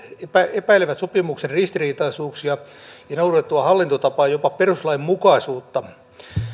epäilevät sopimuksen ristiriitaisuuksia ja noudatettua hallintotapaa jopa perustuslainmukaisuutta